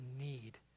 need